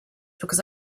because